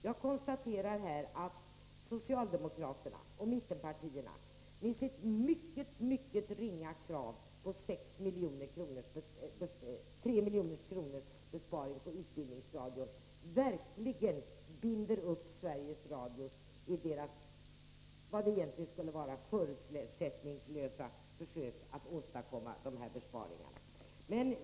Jag konstaterar att socialdemokraterna och mittenpartierna med sitt mycket ringa krav på en besparing med 3 milj.kr. i fråga om utbildningsradion verkligen binder upp Sveriges Radio i dess egentligen förutsättningslösa försök att åstadkomma dessa besparingar.